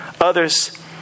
others